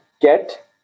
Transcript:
get